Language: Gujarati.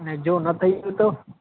ને જો ના થઈ ગયું તો